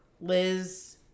Liz